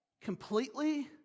Completely